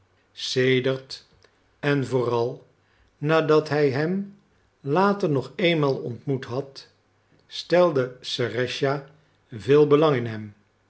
sedert en vooral nadat hij hem later nog eenmaal ontmoet had stelde serëscha veel belang in hem